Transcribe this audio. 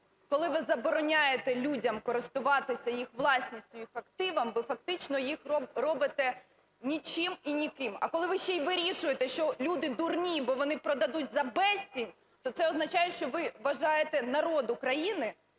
Коли ви забороняєте людям користуватися їх власністю, їх активом, ви фактично їх робите нічим і ніким. А коли ви ще й вирішуєте, що люди дурні, бо вони продадуть за безцінь, то це означає, що ви вважаєте народ України